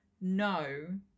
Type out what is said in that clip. no